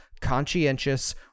conscientious